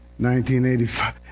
1985